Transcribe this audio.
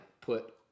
put